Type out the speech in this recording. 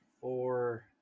four